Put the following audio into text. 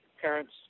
parents